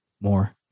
more